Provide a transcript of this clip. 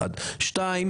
דבר שני.